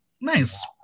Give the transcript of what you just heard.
nice